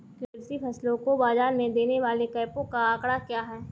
कृषि फसलों को बाज़ार में देने वाले कैंपों का आंकड़ा क्या है?